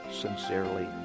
sincerely